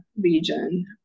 region